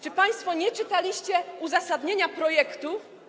Czy państwo nie czytaliście uzasadnienia projektu?